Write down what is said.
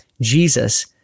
Jesus